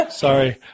Sorry